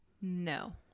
No